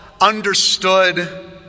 understood